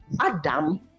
adam